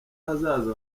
ahazaza